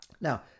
Now